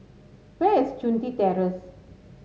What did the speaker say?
where is Chun Tin Terrace